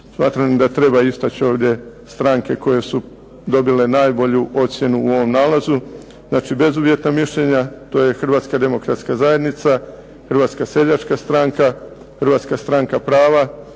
Smatram da treba istaći ovdje stranke koje su dobile najbolju ocjenu u ovom nalazu. Znači, bezuvjetna mišljenja. To je Hrvatska demokratska zajednica, Hrvatska seljačka stranka, Hrvatska stranka prava,